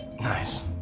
Nice